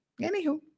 anywho